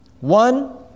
one